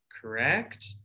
correct